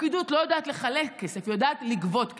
הפקידות לא יודעת לחלק כסף, היא יודעת לגבות כסף.